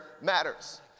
matters